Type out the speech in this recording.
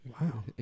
Wow